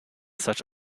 such